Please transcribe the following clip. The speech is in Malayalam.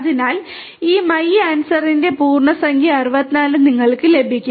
അതിനാൽ ഈ my answer ന്റെ തരം പൂർണ്ണസംഖ്യ 64 നിങ്ങൾക്ക് ലഭിക്കും